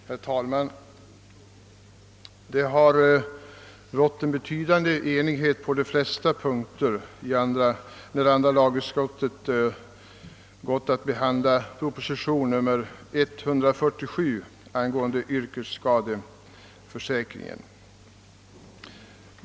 Herr talman! Det har rått betydande enighet på de flesta punkter när andra lagutskottet behandlat propositionen 147 angående yrkesskadeförsäkringen.